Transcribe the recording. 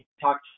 talk